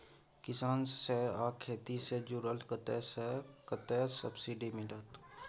किसान से आ खेती से जुरल कतय से आ कतेक सबसिडी मिलत?